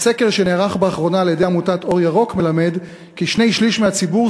וסקר שנערך באחרונה על-ידי עמותת "אור ירוק" מלמד כי שני-שלישים מהציבור